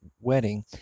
wedding